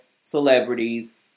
celebrities